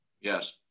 Yes